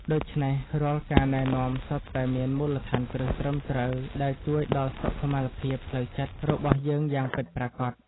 ដូច្នេះរាល់ការណែនាំសុទ្ធតែមានមូលដ្ឋានគ្រឹះត្រឹមត្រូវដែលជួយដល់សុខុមាលភាពផ្លូវចិត្តរបស់យើងយ៉ាងពិតប្រាកដ។